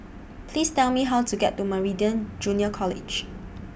Please Tell Me How to get to Meridian Junior College